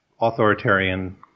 authoritarian